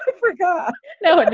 forgot no. and